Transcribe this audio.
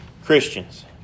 Christians